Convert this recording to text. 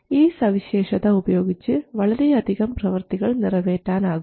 ഈ സവിശേഷത ഉപയോഗിച്ച് വളരെയധികം പ്രവർത്തികൾ നിറവേറ്റാനാകും